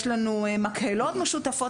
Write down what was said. יש לנו מקהלות משותפות.